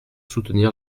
soutenir